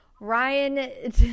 Ryan